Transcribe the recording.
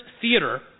theater